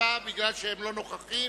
תקפה שכן אינם נוכחים.